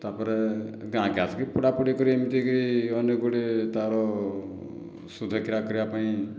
ତା' ପରେ ଗାଁକୁ ଆସିକି ପୋଡ଼ା ପୋଡ଼ି କରି ଏମିତିକରି ଅନେକଗୁଡ଼ିଏ ତା'ର ଶୁଦ୍ଧକ୍ରିୟା କ୍ରିୟା ପାଇଁ